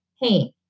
hey